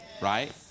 right